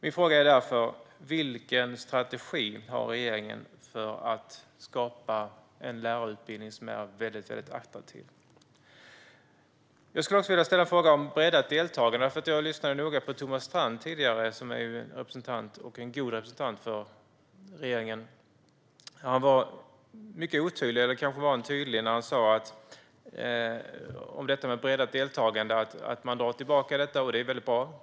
Min fråga är därför: Vilken strategi har regeringen för att skapa en lärarutbildning som är mycket attraktiv? Jag vill också ställa en fråga om breddat deltagande. Jag lyssnade tidigare noga på Thomas Strand, som är en god representant för regeringen. Han var mycket otydlig, eller kanske var han tydlig, när han sa att man drar tillbaka förslaget om ett breddat deltagande. Det är mycket bra.